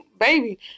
baby